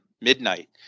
midnight